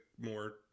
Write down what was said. more